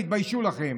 תתביישו לכם.